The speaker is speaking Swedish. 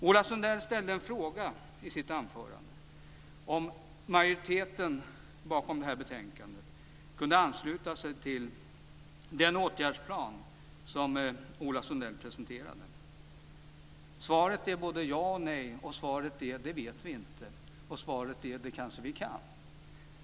Ola Sundell ställde en fråga i sitt anförande om majoriteten bakom detta betänkande kunde ansluta sig till den åtgärdsplan som Ola Sundell presenterade. Svaret är både ja och nej och att vi inte vet det. Och svaret är att det kanske vi kan.